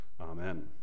Amen